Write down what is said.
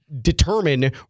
determine